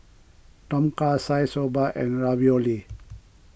Tom Kha Gai Soba and Ravioli